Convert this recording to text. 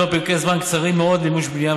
מדובר בפרקי זמן קצרים מאוד למימוש בנייה,